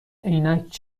عینک